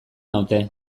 naute